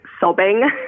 sobbing